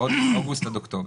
אוגוסט עד אוקטובר.